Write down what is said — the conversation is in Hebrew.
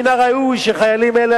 מן הראוי שחיילים אלה,